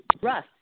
Russ